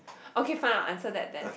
okay find out answer that that